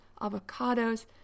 avocados